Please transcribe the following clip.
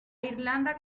irlanda